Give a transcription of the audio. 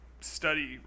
study